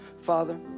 Father